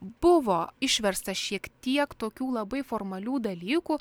buvo išversta šiek tiek tokių labai formalių dalykų